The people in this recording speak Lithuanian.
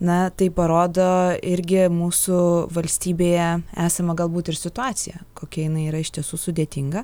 na tai parodo irgi mūsų valstybėje esamą galbūt ir situaciją kokia jinai yra iš tiesų sudėtinga